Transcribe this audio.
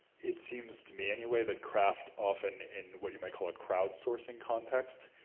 it seems to me, anyway, that craft often in what you might call a croud-sourcing context,